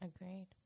Agreed